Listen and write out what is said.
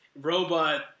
robot